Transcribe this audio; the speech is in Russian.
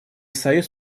союз